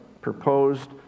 proposed